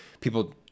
people